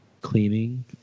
Cleaning